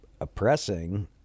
Oppressing